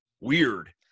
weird